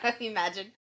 Imagine